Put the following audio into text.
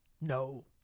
No